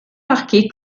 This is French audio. marquée